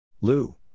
Lou